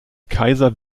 kaiser